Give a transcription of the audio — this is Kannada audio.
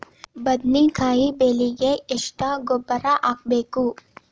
ಬದ್ನಿಕಾಯಿ ಬೆಳಿಗೆ ಎಷ್ಟ ಗೊಬ್ಬರ ಹಾಕ್ಬೇಕು?